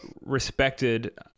respected